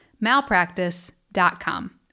Malpractice.com